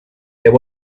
there